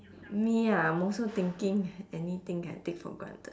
me ah I'm also thinking anything I take for granted